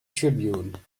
tribune